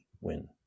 win